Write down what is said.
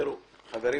חברים,